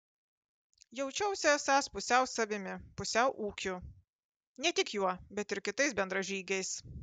jaučiausi esąs pusiau savimi pusiau ūkiu ne tik juo bet ir kitais bendražygiais